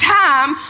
time